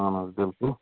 اہن حظ بِلکُل